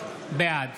בעד